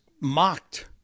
mocked